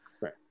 right